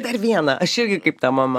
dar vieną aš irgi kaip ta mama